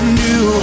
new